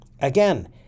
Again